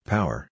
Power